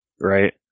right